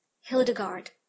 hildegard